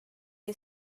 you